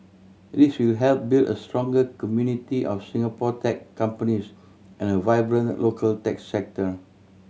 this will help build a stronger community of Singapore tech companies and a vibrant local tech sector